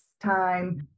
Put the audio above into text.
time